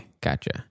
Gotcha